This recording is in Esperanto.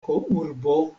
urbo